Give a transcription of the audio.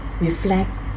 reflect